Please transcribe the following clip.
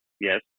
Yes